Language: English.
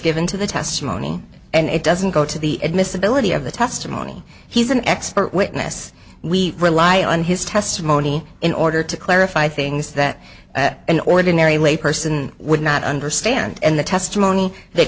given to the testimony and it doesn't go to the admissibility of the testimony he's an expert witness we rely on his testimony in order to clarify things that an ordinary lay person would not understand and the testimony that